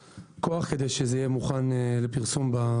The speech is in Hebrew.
הכוח, כדי שזה יהיה מוכן לפרסום הכי מהר שאפשר.